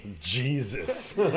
jesus